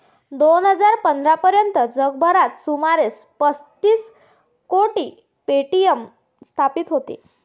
दोन हजार पंधरा पर्यंत जगभरात सुमारे पस्तीस कोटी ए.टी.एम स्थापित होते